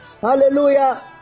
Hallelujah